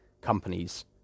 companies